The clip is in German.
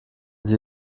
sie